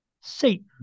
Satan